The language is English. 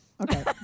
Okay